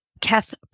Kath